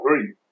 agree